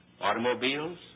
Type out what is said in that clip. Automobiles